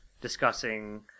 discussing